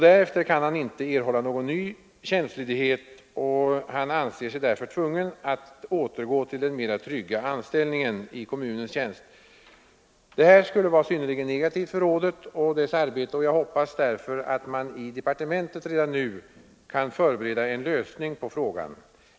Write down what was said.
Därefter kan han inte erhålla någon ny tjänstledighet, och han anser sig därför tvungen att återgå till den tryggare anställningen i kommunens tjänst. Detta skulle vara synnerligen negativt för rådet och dess arbete. Jag hoppas därför att man i departementet redan nu kan förbereda en lösning på problemet.